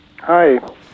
Hi